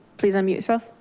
please unmute sir.